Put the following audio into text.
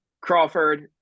crawford